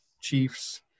chiefs